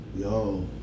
Yo